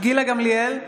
גילה גמליאל,